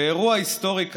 באירוע היסטורי כזה,